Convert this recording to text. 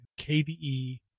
kde